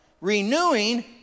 Renewing